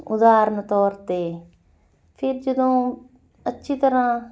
ਉਦਾਹਰਨ ਤੌਰ 'ਤੇ ਫਿਰ ਜਦੋਂ ਅੱਛੀ ਤਰ੍ਹਾਂ